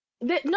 no